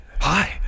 Hi